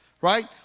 right